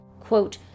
quote